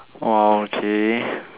!wah! okay